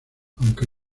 aunque